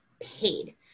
paid